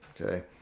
Okay